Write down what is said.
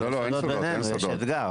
תודה רבה על המאמצים, כבוד השר.